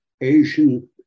Asian